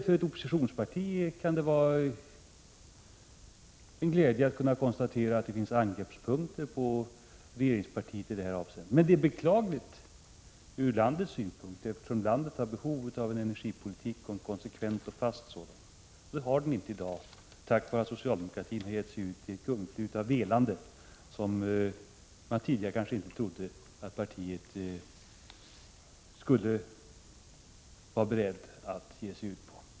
För ett oppositionsparti kan det naturligtvis vara en glädje att konstatera att det finns angreppspunkter på regeringspartiet i det här avseendet. Att det blivit på detta sätt är emellertid beklagligt från landets synpunkt, eftersom landet har behov av en energipolitik, en konsekvent och fast sådan. Landet har inte det i dag till följd av att socialdemokratin gett sig ut i ett gungfly av velande.